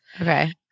Okay